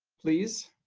please.